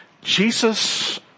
Jesus